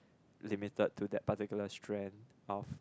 limited to that particular strain of